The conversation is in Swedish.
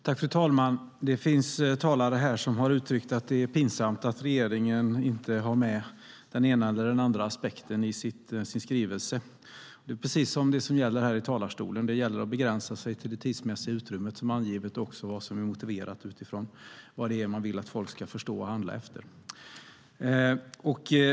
Fru talman! Det finns talare här som har uttryckt att det är pinsamt att regeringen inte har med den ena eller den andra aspekten i sin skrivelse. Det är precis som det som gäller här i talarstolen - det gäller att begränsa sig till det tidsmässiga utrymme som har angetts och vad som är motiverat utifrån vad det är man vill att folk ska förstå och handla efter.